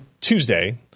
Tuesday